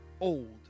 old